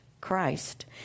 Christ